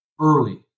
early